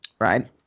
right